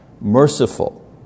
merciful